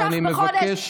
אני מבקש